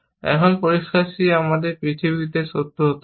এখন পরিষ্কার c আমাদের পৃথিবীতে সত্য হতে হবে